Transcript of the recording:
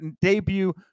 debut